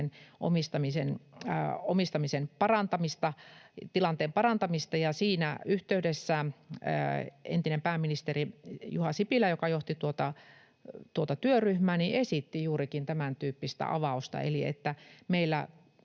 kotimaisen omistamisen tilanteen parantamista, ja siinä yhteydessä entinen pääministeri Juha Sipilä, joka johti tuota työryhmää, esitti juurikin tämäntyyppistä avausta eli sitä, että meillä